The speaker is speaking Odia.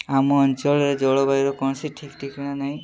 ଆମ ଅଞ୍ଚଳରେ ଜଳବାୟୁର କୌଣସି ଠିକ୍ ଠିକ୍ଣା ନାହିଁ